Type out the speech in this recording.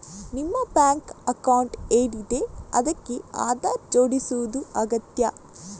ನಿಮ್ಮ bank account ಏನಿದೆ ಅದಕ್ಕೆ ಆಧಾರ್ ಜೋಡಿಸುದು ಅಗತ್ಯ